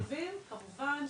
כמובן.